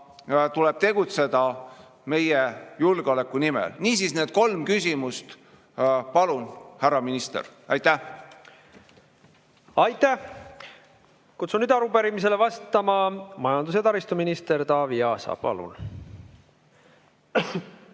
Tuleb tegutseda meie julgeoleku nimel. Niisiis, need kolm küsimust. Palun, härra minister! Aitäh! Aitäh! Kutsun arupärimisele vastama majandus‑ ja taristuminister Taavi Aasa. Palun!